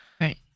Right